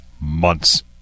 months